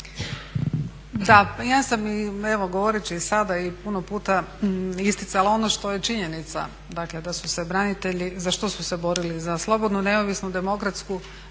pa ja sam evo govoreći i sada i puno puta isticala ono što je činjenica dakle da su se branitelji, za što su se borili, za slobodnu, neovisnu, demokratsku